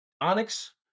Onyx